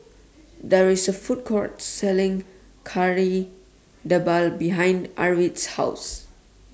There IS A Food Court Selling Kari Debal behind Arvid's House